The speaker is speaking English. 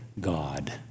God